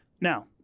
Now